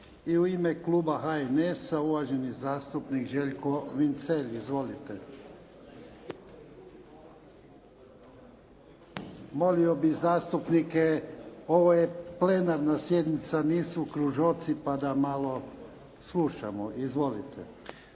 I u ime kluba HNS-a, uvaženi zastupnik Željko Vincelj. Izvolite. Molio bih zastupnike, ovo je plenarna sjednica. Nisu kružoci pa da malo slušamo. Izvolite.